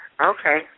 Okay